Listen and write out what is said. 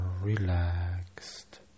relaxed